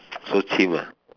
so chim ah